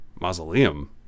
mausoleum